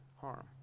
harm